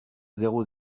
zéro